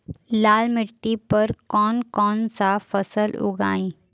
लाल मिट्टी पर कौन कौनसा फसल उगाई?